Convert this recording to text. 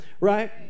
right